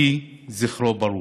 יהי זכרו ברוך.